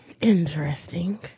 Interesting